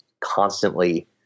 constantly